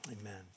Amen